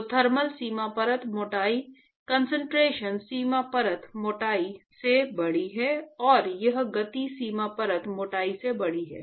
तो थर्मल सीमा परत मोटाई कंसंट्रेशन सीमा परत मोटाई से बड़ी है और यह गति सीमा परत मोटाई से बड़ी है